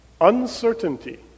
Uncertainty